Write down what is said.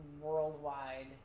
worldwide